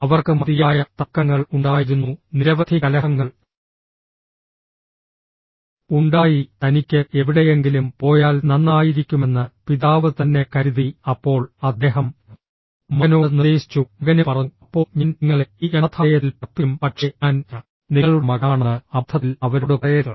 അവർക്ക് മതിയായ തർക്കങ്ങൾ ഉണ്ടായിരുന്നു നിരവധി കലഹങ്ങൾ ഉണ്ടായി തനിക്ക് എവിടെയെങ്കിലും പോയാൽ നന്നായിരിക്കുമെന്ന് പിതാവ് തന്നെ കരുതി അപ്പോൾ അദ്ദേഹം മകനോട് നിർദ്ദേശിച്ചു മകനും പറഞ്ഞു അപ്പോൾ ഞാൻ നിങ്ങളെ ഈ അനാഥാലയത്തിൽ പാർപ്പിക്കും പക്ഷേ ഞാൻ നിങ്ങളുടെ മകനാണെന്ന് അബദ്ധത്തിൽ അവരോട് പറയരുത്